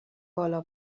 بالا